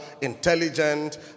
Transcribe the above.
intelligent